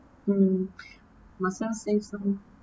mm must self save some